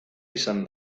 izan